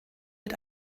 mit